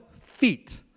feet